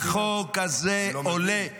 החוק הזה עולה כסף,